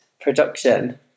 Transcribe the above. production